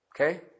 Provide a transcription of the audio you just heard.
Okay